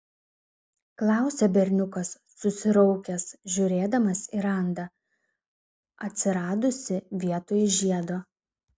klausia berniukas susiraukęs žiūrėdamas į randą atsiradusį vietoj žiedo